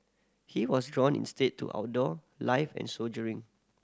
he was drawn instead to outdoor life and soldiering